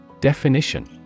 Definition